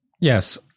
Yes